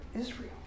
Israel